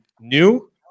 new